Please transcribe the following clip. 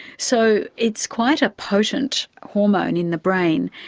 so it's quite a potent hormone in the brain,